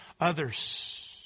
others